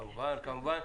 כמובן.